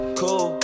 cool